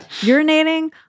urinating